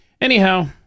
anyhow